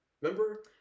Remember